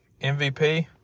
mvp